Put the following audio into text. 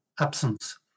absence